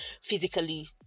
physically